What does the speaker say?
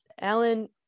Alan